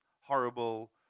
Horrible